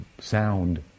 sound